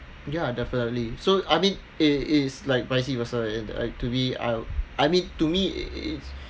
ya definitely so I mean it it's like vice versa and to be I I mean to me it's